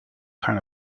kind